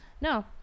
no